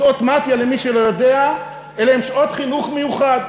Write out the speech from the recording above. שעות מתי"א, למי שלא יודע, הן שעות חינוך מיוחד.